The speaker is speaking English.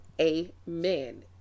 amen